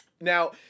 Now